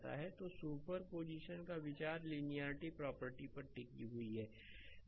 तो सुपरपोजिशन का विचार लिनियेरिटी प्रॉपर्टी पर टिकी हुई है